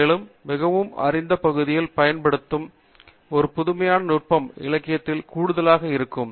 மேலும் மிகவும் அறிந்த பகுதியில் பயன்படுத்தப்படும் ஒரு புதுமையான நுட்பம் இலக்கியத்தில் கூடுதலாக இருக்கும்